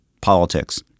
politics